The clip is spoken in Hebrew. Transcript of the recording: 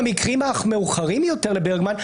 במקרים מאוחרים יותר לברגמן,